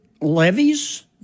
levies